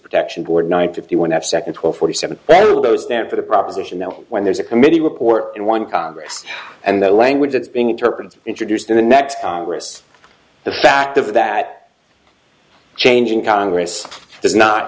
protection board ninety one half second twelve forty seven well those down for the proposition now when there's a committee report in one congress and the language that's being interpreted introduced in the next congress the fact of that changing congress does not